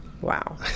Wow